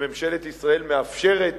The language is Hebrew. שממשלת ישראל מאפשרת